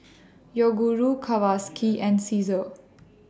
Yoguru Kawasaki and Cesar